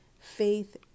faith